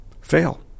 fail